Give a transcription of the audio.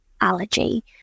allergy